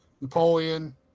napoleon